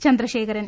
Chandrasekharan